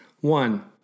One